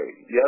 Yes